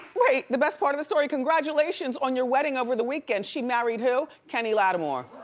wait, the best part of the story, congratulations on your wedding over the weekend. she married who? kenny lattimore